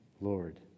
Lord